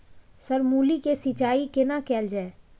Sir मूली के सिंचाई केना कैल जाए?